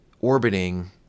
orbiting